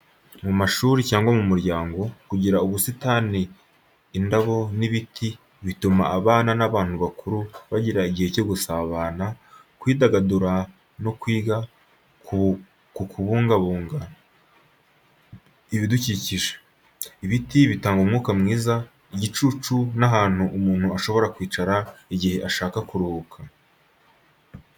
Mu mashuri cyangwa mu muryango, kugira ubusitani bufite indabo n'ibiti, bituma abana n'abantu bakuru bagira igihe cyo gusabana, kwidagadura no kwiga kubungabunga ibidukikije. ibiti bitanga umwuka mwiza, igicucu n'ahantu umuntu ashobora kwicara igihe ashaka kuruhuka.